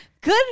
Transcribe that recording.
Good